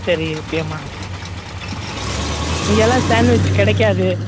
சரி ஓகேம்மா இங்கேல்லாம் சாண்ட்வெஜ் கிடைக்காது